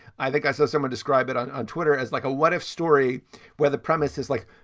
i think i saw someone describe it on on twitter as like a what if story where the premise is like,